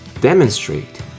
demonstrate